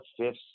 fifth